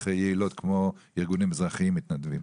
יעילות כמו ארגונים אזרחיים מתנדבים.